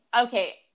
okay